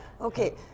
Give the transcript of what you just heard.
Okay